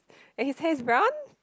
and he hair is brown